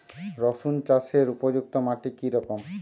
রুসুন চাষের উপযুক্ত মাটি কি রকম?